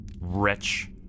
Wretch